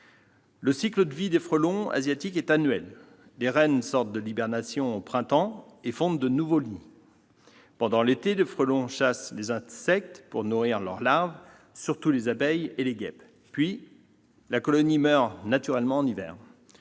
Le cycle de vie des frelons asiatiques est annuel. Les reines sortent de l'hibernation au printemps et fondent de nouveaux nids. Pendant l'été, les frelons chassent les insectes pour nourrir leurs larves, surtout les abeilles et les guêpes. Puis, la colonie meurt naturellement en hiver.